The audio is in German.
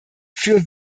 für